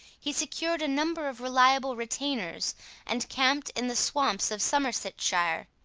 he secured a number of reliable retainers and camped in the swamps of somersetshire,